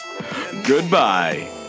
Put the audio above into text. goodbye